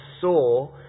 saw